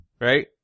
right